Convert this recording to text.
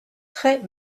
très